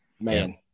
man